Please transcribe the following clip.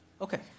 Okay